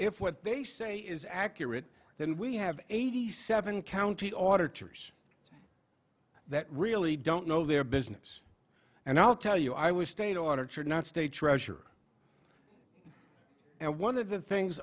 if what they say is accurate then we have eighty seven county auditor's that really don't know their business and i'll tell you i was state auditor not state treasurer and one of the things